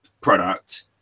product